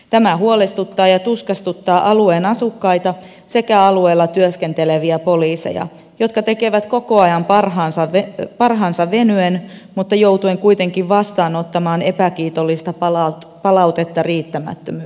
tämä huolestuttaa ja tuskastuttaa alueen asukkaita sekä alueella työskenteleviä poliiseja jotka tekevät koko ajan parhaansa venyen mutta joutuen kuitenkin vastaanottamaan epäkiitollista palautetta riittämättömyydestä